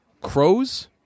crows